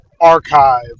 archive